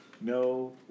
No